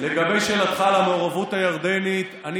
לגבי שאלתך על המעורבות הירדנית: אני